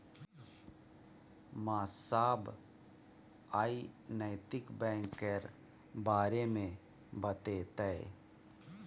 मास्साब आइ नैतिक बैंक केर बारे मे बतेतै